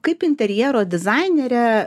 kaip interjero dizainerė